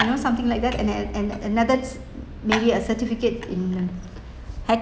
you know something like that and and and that's maybe a certificate in hack~